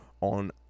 on